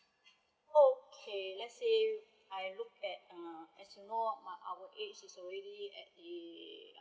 okay let's say I look at uh as it's more of our age is already at a